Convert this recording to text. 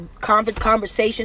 conversation